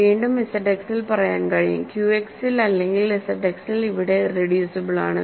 വീണ്ടും ZX ൽ പറയാൻ കഴിയും QX അല്ലെങ്കിൽ ZX ൽ ഇവിടെ ഇറെഡ്യൂസിബിൾ ആണ്